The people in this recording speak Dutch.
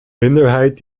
minderheid